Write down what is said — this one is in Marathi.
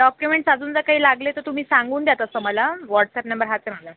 डॉक्युमेंट अजून जर काही लागले तर तुम्ही सांगून द्या तसं मला वॉट्सॲप नंबर हाच आहे माझा